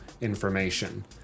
information